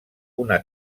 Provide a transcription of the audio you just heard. una